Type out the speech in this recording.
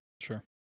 Sure